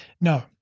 No